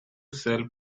sell